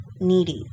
needy